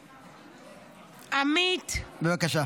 בבקשה.